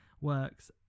works